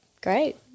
great